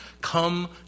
Come